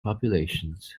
populations